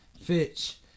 Fitch